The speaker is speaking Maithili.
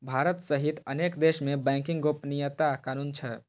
भारत सहित अनेक देश मे बैंकिंग गोपनीयता कानून छै